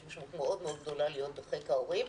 משמעות מאוד מאוד גדולה להיות בחיק ההורים,